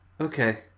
Okay